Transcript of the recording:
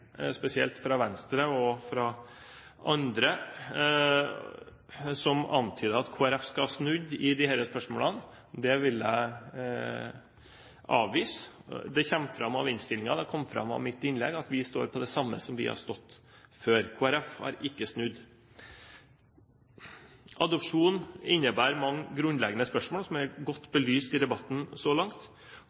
spesielt i forhold til innlegg fra Venstre, men også fra andre, som antydet at Kristelig Folkeparti skal ha snudd i disse spørsmålene. Det vil jeg avvise. Det kommer fram av innstillingen, og det kom fram av mitt innlegg, at vi står på det samme som vi har gjort før. Kristelig Folkeparti har ikke snudd. Adopsjon innebærer mange grunnleggende spørsmål som er godt belyst i debatten så langt.